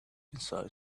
inside